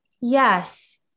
Yes